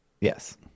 Yes